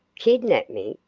kidnap me!